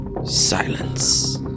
Silence